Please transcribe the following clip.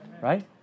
Right